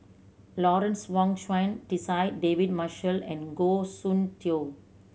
Lawrence Wong Shyun Tsai David Marshall and Goh Soon Tioe